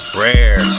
rare